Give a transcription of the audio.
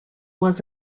was